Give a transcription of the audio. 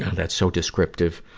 that's so descriptive.